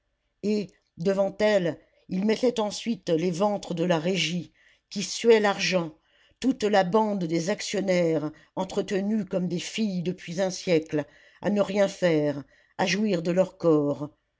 et devant elle il mettait ensuite les ventres de la régie qui suaient l'argent toute la bande des actionnaires entretenus comme des filles depuis un siècle à ne rien faire à jouir de leur corps